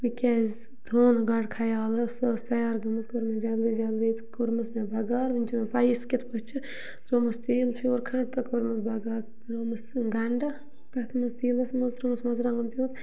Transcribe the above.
مےٚ کیٛازِ تھوٚو نہٕ گۄڈٕ خیالہٕ سۄ ٲس تیار گٔمٕژ کوٚر مےٚ جلدی جلدی تہٕ کوٚرمَس مےٚ بَگار وٕنۍ چھَنہٕ مےٚ پَیی سُہ کِتھ پٲٹھۍ چھِ ترٛومَس تیٖل پھیوٗر کھنٛڈ تہٕ کوٚرمَس بَگار ترٛومَس گَنڈٕ تٔتھۍ منٛز تیٖلَس منٛز ترٛومَس مَرژٕوانٛگَن پیوٗنٛت